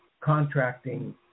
contracting